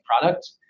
product